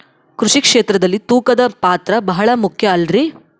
ಕೃಷಿ ಕ್ಷೇತ್ರದಲ್ಲಿ ತೂಕದ ಪಾತ್ರ ಬಹಳ ಮುಖ್ಯ ಅಲ್ರಿ?